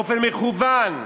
באופן מכוון,